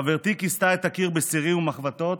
חברתי כיסתה את הקיר בסירים ומחבתות,